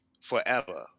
forever